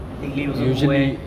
take leave also go where